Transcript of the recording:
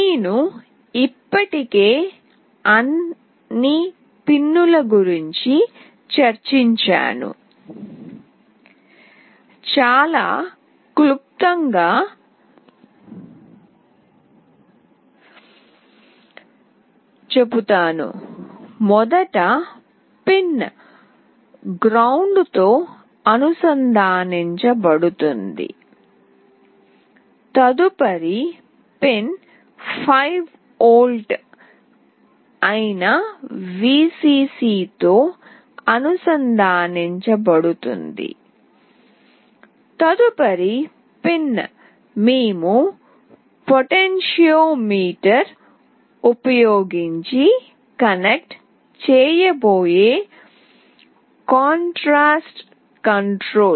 నేను ఇప్పటికే అన్ని పిన్ల గురించి చర్చించాను చాలా క్లుప్తంగా చెబుతాను మొదటి పిన్ గ్రౌండ్ తో అనుసంధానించబడుతుంది తదుపరి పిన్ 5V అయిన Vcc తో అనుసంధానించబడుతుంది తదుపరి పిన్ మేము పొటెన్షియోమీటర్ ఉపయోగించి కనెక్ట్ చేయబోయే కాంట్రాస్ట్ కంట్రోల్